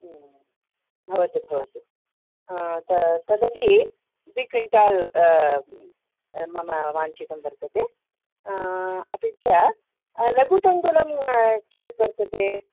भवतु भवतु तद् तदपि द्वि क्विण्टाल् मम वाञ्चितं वर्तते अपि च लघुतण्डुलं कियत् वर्तते